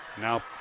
Now